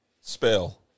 Spell